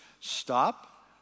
stop